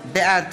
בעד